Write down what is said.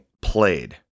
played